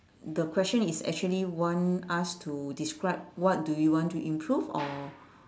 the question is actually want us to describe what do you want to improve or